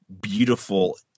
beautiful